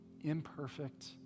imperfect